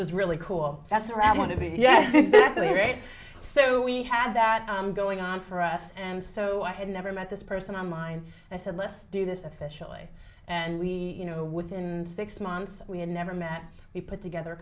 be really great so we had that going on for us and so i had never met this person on line and i said let's do this officially and we you know within six months we had never met we put together